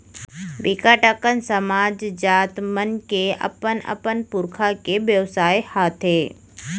बिकट अकन समाज, जात मन के अपन अपन पुरखा के बेवसाय हाथे